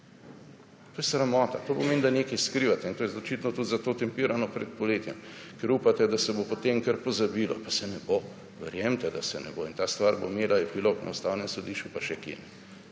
To je sramota, to pomeni, da nekaj skrivate in to je očitno tudi, zato tempirano pred poletjem, ker upate, da se bo, potem kar pozabilo pa se ne bo. Verjemite, da se ne bo in ta stvar bo imela epilog na Ustavne sodišču pa še kje.